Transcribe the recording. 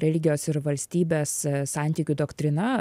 religijos ir valstybės santykių doktrina